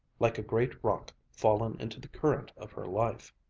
like a great rock fallen into the current of her life.